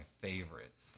favorites